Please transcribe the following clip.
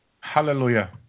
Hallelujah